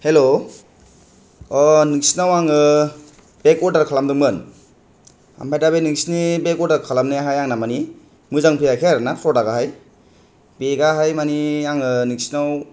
हेल' अ नोंसिनाव आङो बेग अरदार खालामदोंमोन ओमफाय दा बे नोंसिनि बेग अरदार खालामनाया हाय आंना मानि मोजां फैयाखै आरो ना फ्रदाकया हाय बेगया हाय मानि आङो नोंसिनाव